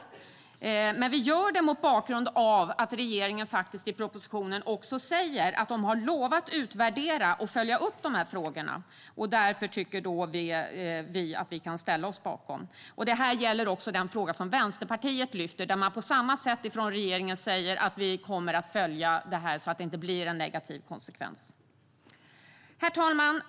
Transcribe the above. Vi gör den bedömningen mot bakgrund av att regeringen i propositionen lovar att utvärdera och följa upp de här frågorna. Detta gäller också den fråga som Vänsterpartiet lyfter upp och där regeringen på samma sätt säger att den kommer att följa detta så att det inte blir en negativ konsekvens.